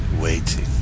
waiting